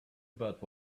about